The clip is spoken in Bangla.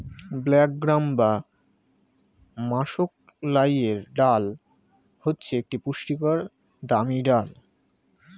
ব্ল্যাক গ্রাম বা মাষকলাইয়ের ডাল হচ্ছে একটি পুষ্টিকর দামি ডাল